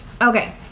okay